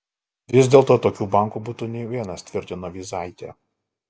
vis dėlto tokių bankų būtų ne vienas tvirtino vyzaitė